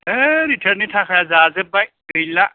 है रिथियार नि थाखाया जाजोब्बाय गैला